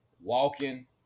Walking